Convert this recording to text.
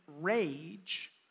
rage